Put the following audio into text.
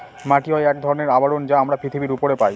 মাটি হয় এক ধরনের আবরণ যা আমরা পৃথিবীর উপরে পায়